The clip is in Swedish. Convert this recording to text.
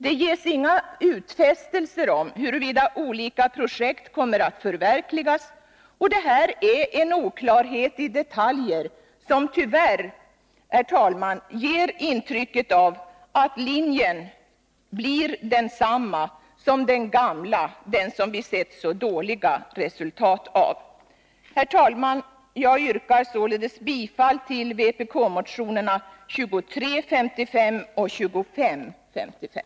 Det ges inga utfästelser om huruvida olika projekt kommer att förverkligas. Detta är en oklarhet i detaljer som tyvärr, herr talman, ger intrycket av att linjen blir densamma som den gamla, som vi har sett så dåliga resultat av. Herr talman! Jag yrkar således bifall till vpk-motionerna 2355 och 2555;